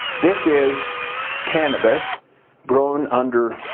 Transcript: this is cannabis grown under